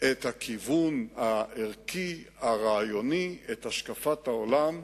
את הכיוון הערכי, הרעיוני, את השקפת העולם.